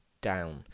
down